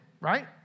right